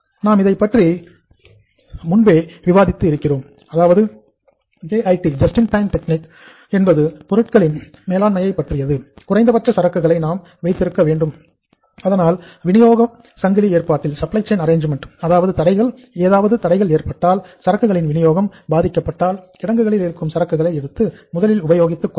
நாம் இதைப் பற்றி முன்பே விவாதித்து இருக்கிறோம் அதாவது JIT அதில் ஏதாவது தடைகள் ஏற்பட்டால் சரக்குகளின் வினியோகம் பாதிக்கப்பட்டால் கிடங்கில் இருக்கும் சரக்குகளை எடுத்து முதலில் உபயோகித்துக்கொள்ளலாம்